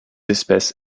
espèces